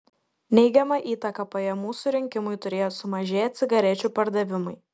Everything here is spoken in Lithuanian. neigiamą įtaką pajamų surinkimui turėjo sumažėję cigarečių pardavimai